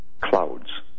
Clouds